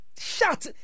Shut